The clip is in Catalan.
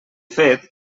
fet